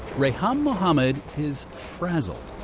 reham mohammed is frazzled.